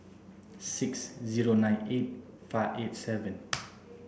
six zero nine eight five eight seven